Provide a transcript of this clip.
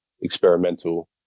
experimental